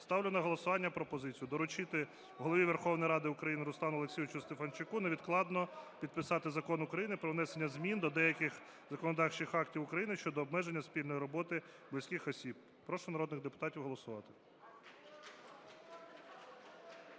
Ставлю на голосування пропозицію доручити Голові Верховної Ради України Руслану Олексійовичу Стефанчуку невідкладно підписати Закон України про внесення змін до деяких законодавчих актів України щодо обмеження спільної роботи близьких осіб. Прошу народних депутатів голосувати.